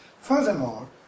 Furthermore